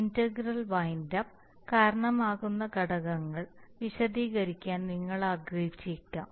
integrator windup കാരണമാകുന്ന ഘടകങ്ങൾ വിശദീകരിക്കാൻ നിങ്ങൾ ആഗ്രഹിച്ചേക്കാം